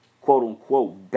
quote-unquote